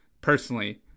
personally